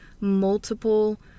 multiple